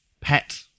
pet